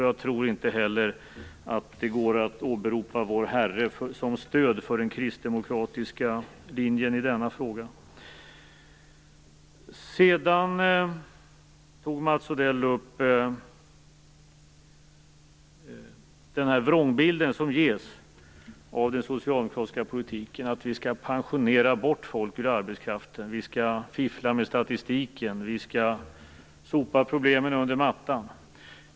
Jag tror inte heller att det går att åberopa vår Herre som stöd för den kristdemokratiska linjen i denna fråga. Sedan gav även Mats Odell den vrångbild som brukar ges av den socialdemokratiska politiken, att vi skall pensionera bort folk ur arbetskraften, fiffla med statistiken och sopa problemen under mattan.